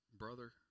Brother